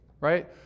right